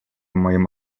моим